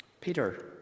Peter